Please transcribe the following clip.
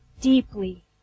deeply